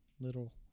little